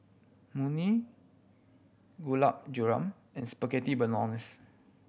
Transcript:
Imoni Gulab Jamun and Spaghetti Bolognese